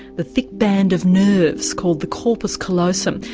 the thick band of nerves called the corpus callosum,